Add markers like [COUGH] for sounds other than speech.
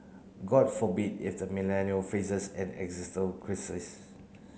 god forbid if the Millennial faces an [UNINTELLIGIBLE] crisis